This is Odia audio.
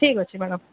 ଠିକ୍ ଅଛି ମ୍ୟାଡମ୍